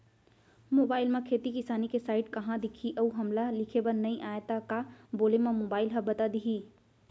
Mobile म खेती किसानी के साइट कहाँ दिखही अऊ हमला लिखेबर नई आय त का बोले म मोबाइल ह बता दिही?